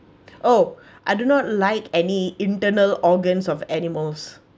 oh I do not like any internal organs of animals